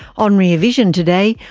on rear vision today,